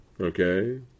Okay